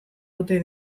ote